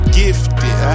gifted